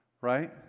Right